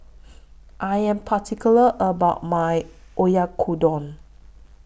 I Am particular about My Oyakodon